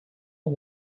one